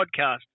podcast